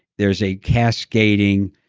there's a cascading